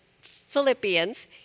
Philippians